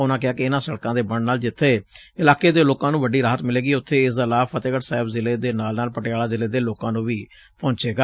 ਉਨੂਾਂ ਕਿਹਾ ਕਿ ਇਨੂਾਂ ਸੜਕਾਂ ਦੇ ਬਣਨ ਨਾਲ ਜਿੱਬੇ ਇਲਾਕੇ ਦੇ ਲੋਕਾਂ ਨੂੰ ਵੱਡੀ ਰਾਹਤ ਮਿਲੇਗੀ ਉਬੇ ਇਸ ਦਾ ਲਾਭ ਫਤਹਿਗੜ ਸਾਹਿਬ ਜ਼ਿਲੇ ਦੇ ਨਾਲ ਨਾਲ ਪਟਿਆਲਾ ਜ਼ਿਲੇ ਦੇ ਲੋਕਾਂ ਨੂੰ ਵੀ ਪਹੂੰਚੇਗਾ